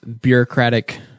bureaucratic